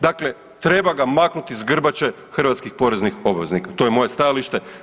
Dakle, treba ga maknuti s grbače hrvatskih poreznih obveznika to je moje stajalište.